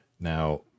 Now